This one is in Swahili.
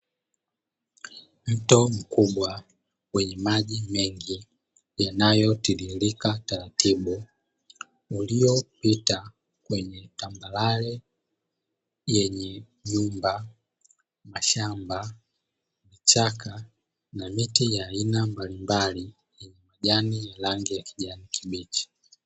Mto mkubwa wenye maji mengi yanayotiririka taratibu, uliopita kwenye tambarare yenye nyumba, mashamba, vichaka na miti ya aina mbalimbali yenye kijani ya rangi ya kijani kibichi.